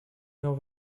know